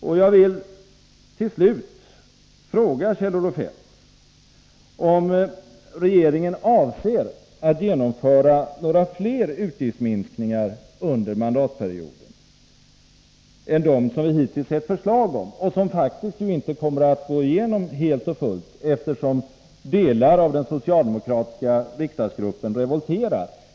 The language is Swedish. Och jag vill till slut fråga Kjell-Olof Feldt, om regeringen avser att genomföra några fler utgiftsminskningar under mandatperioden än dem som vi hittills sett; de kommer faktiskt inte att gå igenom helt och fullt, eftersom delar av den socialdemokratiska riksdagsgruppen revolterar.